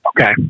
Okay